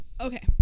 Okay